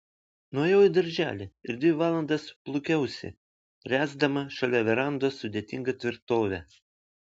nuėjau į darželį ir dvi valandas plūkiausi ręsdama šalia verandos sudėtingą tvirtovę